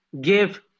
give